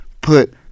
put